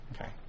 Okay